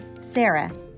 Sarah